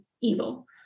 evil